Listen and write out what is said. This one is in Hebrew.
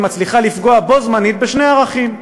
היא מצליחה לפגוע בו בזמן בשני ערכים: